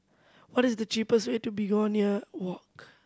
what is the cheapest way to Begonia Walk